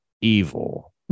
evil